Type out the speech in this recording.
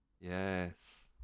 Yes